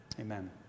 Amen